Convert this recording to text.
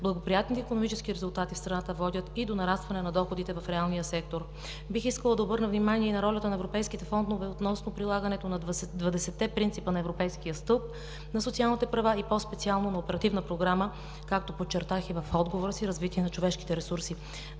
Благоприятните икономически резултати в страната водят и до нарастване на доходите в реалния сектор. Бих искала да обърна внимание на ролята на Европейските фондове относно прилагането на двадесетте принципа на Европейския стълб на социалните права и по-специално на Оперативна програма, както подчертах и в отговора си, „Развитие на човешките ресурси“.